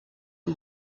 who